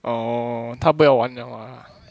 orh 他不要玩了 ah